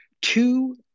two